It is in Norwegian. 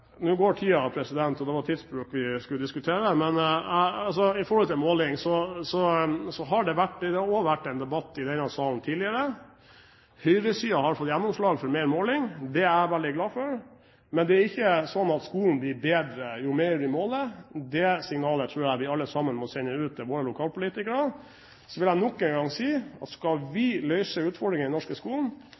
Nå går tiden – det var tidsbruk vi skulle diskutere – og når det gjelder måling, har det vært en debatt i denne salen også tidligere. Høyresiden har fått gjennomslag for mer måling. Det er jeg veldig glad for. Men det er ikke slik at skolen blir bedre jo mer vi måler. Det signalet tror jeg vi alle sammen må sende ut til våre lokalpolitikere. Så vil jeg nok en gang si at skal vi løse utfordringene i den norske skolen,